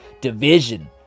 division